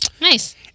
Nice